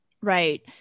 Right